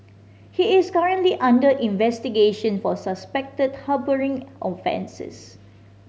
he is currently under investigation for suspected harbouring offences